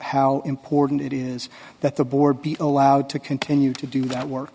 how important it is that the board be allowed to continue to do that work